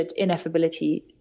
ineffability